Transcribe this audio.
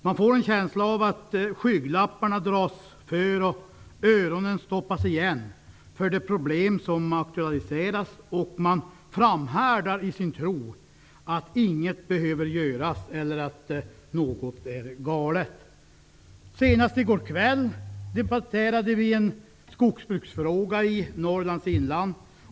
Man får en känsla av att skygglapparna dras för och öronen stoppas igen för de problem som aktualiseras. Man framhärdar i sin tro att inget behöver göras, att ingenting är galet. Senast i går kväll debatterade vi en fråga om skogsbruket i Norrlands inland.